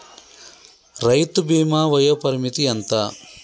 రైతు బీమా వయోపరిమితి ఎంత?